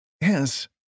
Yes